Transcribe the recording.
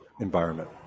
environment